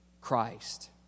Christ